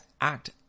act